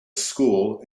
school